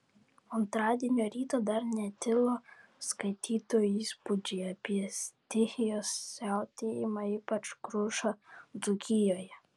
antradienio rytą dar netilo skaitytojų įspūdžiai apie stichijos siautėjimą ypač krušą dzūkijoje